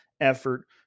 Effort